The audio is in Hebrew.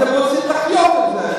אתם רוצים להחיות את זה.